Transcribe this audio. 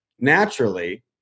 Naturally